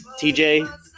TJ